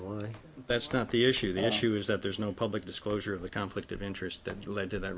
to that's not the issue the issue is that there's no public disclosure of the conflict of interest that led to the